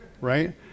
right